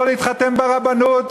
לא להתחתן ברבנות,